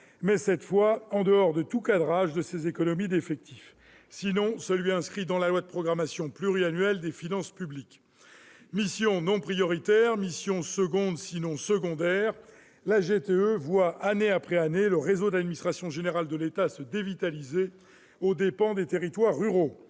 mais cette fois en dehors de tout cadrage de ces économies d'effectifs, sinon celui qui est inscrit dans la loi de programmation pluriannuelle des finances publiques. Mission non prioritaire, mission seconde sinon secondaire, année après année, le réseau d'administration générale de l'État se dévitalise aux dépens des territoires ruraux.